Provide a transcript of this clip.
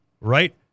right